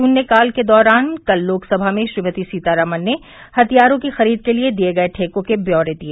शूल्यकाल के दौरान कल लोकसभा में श्रीमती सीतारमण ने हथियारों की खरीद के लिए दिए गए ठेकों के ब्यौरे दिए